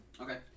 Okay